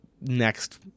next